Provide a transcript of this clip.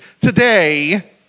today